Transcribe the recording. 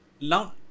Now